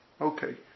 Okay